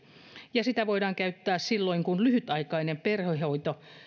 ja sitä voidaan käyttää silloin kun lyhytaikainen perhehoito